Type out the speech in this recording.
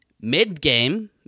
mid-game